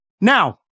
Now